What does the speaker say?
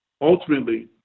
ultimately